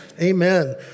Amen